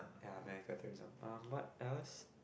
ya America tourism um what else